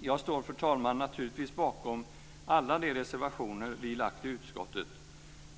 Jag står, fru talman, naturligtvis bakom alla de reservationer som vi har avgivit i utskottet,